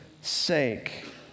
sake